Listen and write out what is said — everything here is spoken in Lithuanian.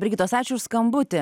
brigitos ačiū už skambutį